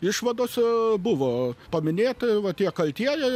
išvadose buvo paminėti va tie kaltieji